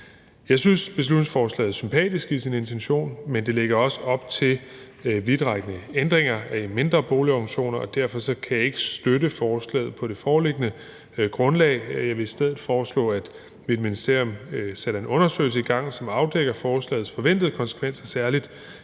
Jeg synes, beslutningsforslaget og intentionen med det er sympatisk, men det lægger også op til vidtrækkende ændringer i mindre boligorganisationer, og derfor kan jeg ikke støtte forslaget på det foreliggende grundlag. Jeg vil i stedet foreslå, at mit ministerium sætter en undersøgelse i gang, som afdækker forslagets forventede konsekvenser særlig